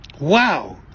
Wow